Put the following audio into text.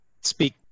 speak